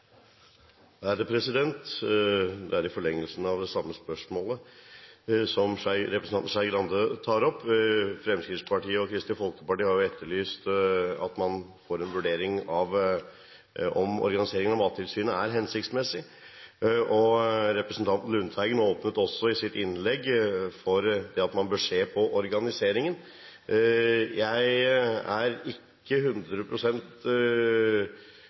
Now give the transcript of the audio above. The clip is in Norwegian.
spørsmålet om det gjøres en god nok jobb. I forlengelsen av det samme spørsmålet som representanten Skei Grande tok opp: Fremskrittspartiet og Kristelig Folkeparti har etterlyst en vurdering av om organiseringen av Mattilsynet er hensiktsmessig. Representanten Lundteigen åpnet også i sitt innlegg for at man bør se på organiseringen. Jeg er ikke